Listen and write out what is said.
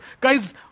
Guys